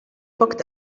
booked